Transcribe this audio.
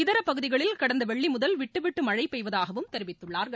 இதரப்பகுதிகளில் கடந்த வெள்ளி முதல் விட்டு விட்டு மழை பெய்வதாகவும் தெரிவித்துள்ளார்கள்